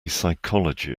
psychology